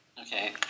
Okay